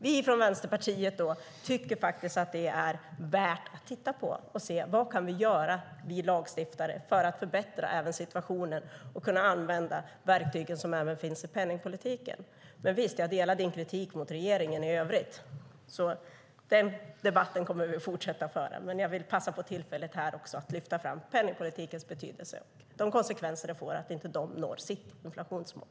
Vi från Vänsterpartiet tycker att det är värt att titta på det och se vad vi lagstiftare kan göra för att förbättra situationen och även kunna använda de verktyg som finns i penningpolitiken. Men visst, jag delar din kritik mot regeringen i övrigt. Den debatten kommer vi att fortsätta att föra. Men jag vill passa på tillfället att lyfta fram penningpolitikens betydelse och de konsekvenser det får att de inte når sitt inflationsmål.